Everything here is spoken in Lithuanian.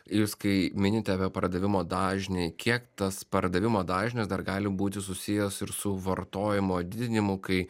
jūs kai minite apie pardavimo dažnį kiek tas pardavimo dažnis dar gali būti susijęs ir su vartojimo didinimu kai